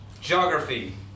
Geography